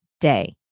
day